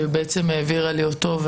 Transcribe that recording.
שהיא העבירה לי אותו,